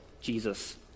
Jesus